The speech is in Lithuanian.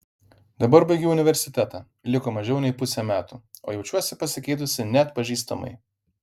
dabar baigiu universitetą liko mažiau nei pusė metų o jaučiuosi pasikeitusi neatpažįstamai